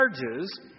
charges